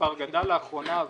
המספר גדל לאחרונה.